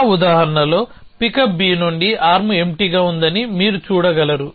మా ఉదాహరణలో pickup b నుండి ఆర్మ్ ఎంప్టీగా ఉందని మీరు చూడగలరు